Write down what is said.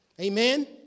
Amen